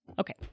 Okay